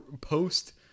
post